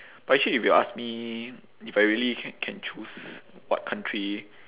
but actually if you ask me if I really can can choose what country